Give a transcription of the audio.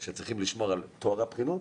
שצריכים לשמור על טוהר הבחינות,